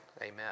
Amen